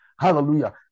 hallelujah